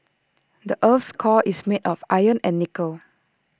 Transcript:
the Earth's core is made of iron and nickel